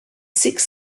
six